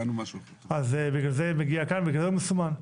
אז בגלל זה מגיע כאן, בגלל זה מסומן.